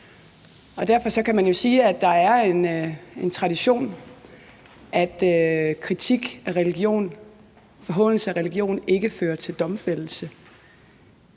Derfor kan man jo sige, at der er en tradition for, at kritik og forhånelse af religion ikke fører til domfældelse.